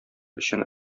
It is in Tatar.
өчен